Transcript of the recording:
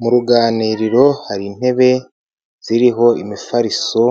Mu ruganiriro hari intebe ziriho imifariso,